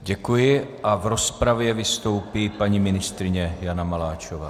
Děkuji a v rozpravě vystoupí paní ministryně Jana Maláčová.